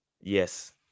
Yes